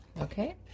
Okay